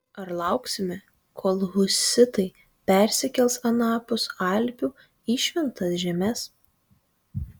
ar lauksime kol husitai persikels anapus alpių į šventas žemes